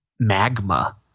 magma